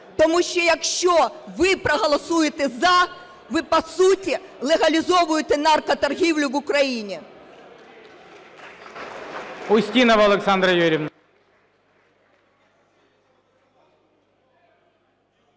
Тому що якщо ви проголосуєте "за", ви по суті легалізовуєте наркоторгівлю в Україні.